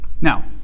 now